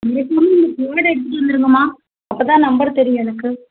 மறக்காமல் நீங்கள் கார்டை எடுத்துகிட்டு வந்திருங்கம்மா அப்போ தான் நம்பர் தெரியும் எனக்கு